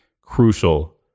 crucial